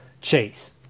Chase